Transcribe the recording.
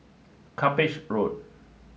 Cuppage Road